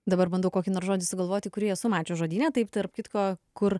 dabar bandau kokį nors žodį sugalvoti kurį esu mačius žodyne tai tarp kitko kur